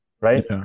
right